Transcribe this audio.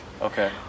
Okay